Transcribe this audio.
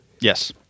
Yes